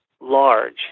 large